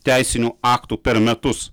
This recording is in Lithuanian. teisinių aktų per metus